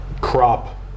crop